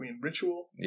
ritual